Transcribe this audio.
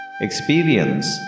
Experience